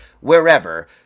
wherever